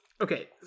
Okay